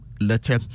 letter